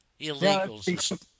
illegals